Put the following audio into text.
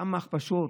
כמה הכפשות.